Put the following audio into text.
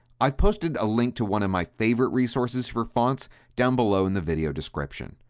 i posted a link to one of my favorite resources for fonts down below in the video description.